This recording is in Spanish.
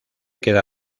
queda